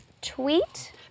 tweet